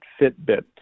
Fitbit